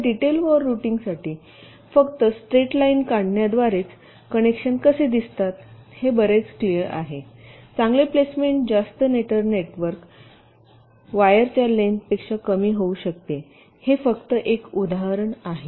तर डिटेल वार रूटिंगसाठी फक्त स्ट्रेट लाईन काढण्याद्वारेच कनेक्शन असे दिसतात हे बरेच क्लिनर आहे चांगले प्लेसमेंट जास्त नेटर नेटवर्क वायरच्या लेन्थ पेक्षा कमी होऊ शकते हे फक्त एक उदाहरण आहे